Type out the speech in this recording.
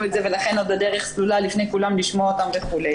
את זה ולכן עוד הדרך סלולה לפני כולם לשמוע אותם וכו'.